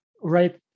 right